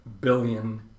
billion